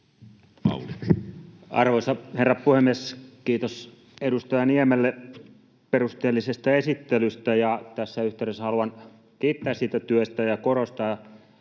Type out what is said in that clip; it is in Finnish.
Arvoisa herra puhemies! Kiitos edustaja Niemelle perusteellisesta esittelystä. Tässä yhteydessä haluan kiittää siitä työstä ja korostaa